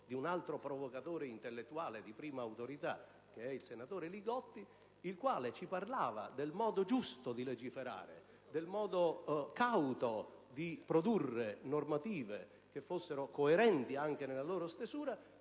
di un altro provocatore intellettuale di prima autorità, il senatore Li Gotti, il quale parlava del modo giusto di legiferare e del modo cauto di produrre normative che fossero coerenti anche nella loro stesura.